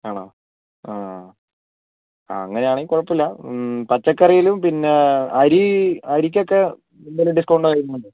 ആണോ ആ ആ അങ്ങനെ ആണെങ്കിൽ കുഴപ്പമില്ല പച്ചക്കറിയിലും പിന്നെ അരി അരിക്കൊക്കെ എന്തെങ്കിലും ഡിസ്കൗണ്ട് വരുന്നുണ്ടോ